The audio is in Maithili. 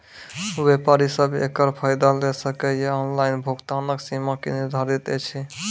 व्यापारी सब एकरऽ फायदा ले सकै ये? ऑनलाइन भुगतानक सीमा की निर्धारित ऐछि?